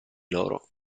loro